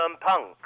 punk